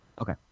Okay